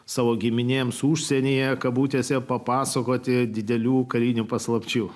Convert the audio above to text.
savo giminėms užsienyje kabutėse papasakoti didelių karinių paslapčių